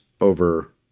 over –